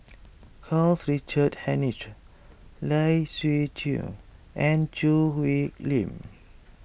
Karl Richard Hanitsch Lai Siu Chiu and Choo Hwee Lim